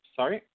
Sorry